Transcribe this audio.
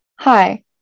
Hi